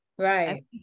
Right